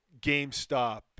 GameStop